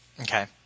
Okay